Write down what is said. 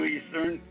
Eastern